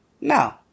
No